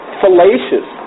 fallacious